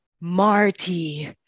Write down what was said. Marty